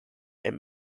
and